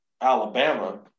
Alabama